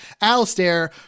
Alistair